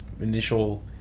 initial